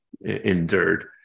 endured